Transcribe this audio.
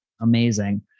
Amazing